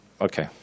Okay